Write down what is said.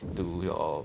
to your